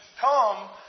Come